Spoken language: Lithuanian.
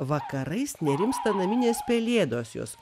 vakarais nerimsta naminės pelėdos jos